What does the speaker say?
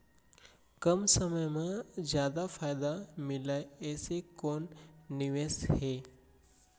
कम समय मा जादा फायदा मिलए ऐसे कोन निवेश हे?